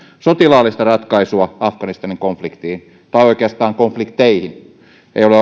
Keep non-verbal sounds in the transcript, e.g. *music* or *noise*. sotilaallista ratkaisua afganistanin konf liktiin tai oikeastaan konflikteihin ei ole *unintelligible*